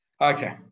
okay